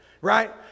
right